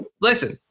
listen